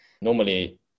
Normally